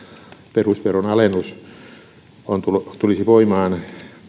perusveron alennus tulisi voimaan